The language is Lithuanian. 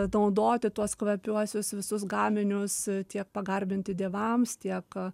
naudoti tuos kvapiuosius visus gaminius tiek pagarbinti dievams tiek